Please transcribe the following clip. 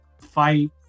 fight